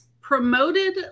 promoted